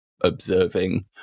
observing